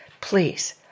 Please